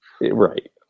Right